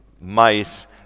Mice